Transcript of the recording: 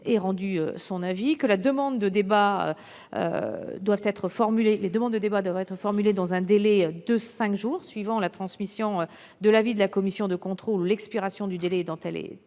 a rendu son avis, que les demandes de débat doivent être formulées dans un délai de cinq jours suivant la transmission de l'avis de la commission de contrôle ou l'expiration du délai dont elle